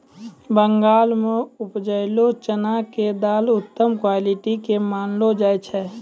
बंगाल मॅ उपजलो चना के दाल उत्तम क्वालिटी के मानलो जाय छै